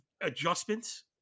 adjustments